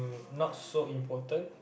not so important